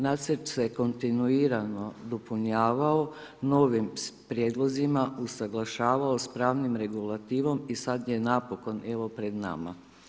Nacrt se kontinuirano dopunjavao novim prijedlozima, usuglašavao sa pravnom regulativom i sada je napokon, evo pred nama.